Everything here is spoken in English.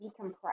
decompress